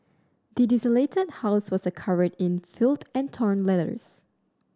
the desolated house was covered in filth and torn letters